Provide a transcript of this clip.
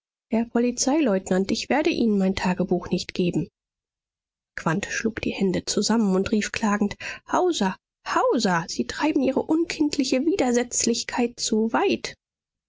polizeileutnant ich werde ihnen mein tagebuch nicht geben quandt schlug die hände zusammen und rief klagend hauser hauser sie treiben ihre unkindliche widersetzlichkeit zu weit